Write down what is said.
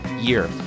year